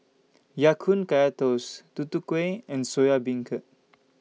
Ya Kun Kaya Toast Tutu Kueh and Soya Beancurd